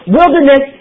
wilderness